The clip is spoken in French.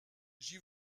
j’y